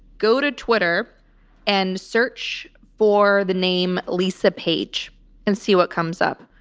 go to twitter and search for the name lisa page and see what comes up.